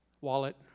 wallet